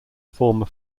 former